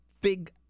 big